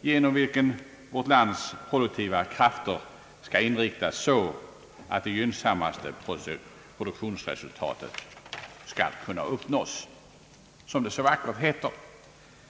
genom vilken vårt lands produktiva krafter skall inriktas så att det gynnsammaste produktionsresultatet skall kunna uppnås, som det så vackert heter.